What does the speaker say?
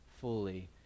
fully